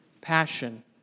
passion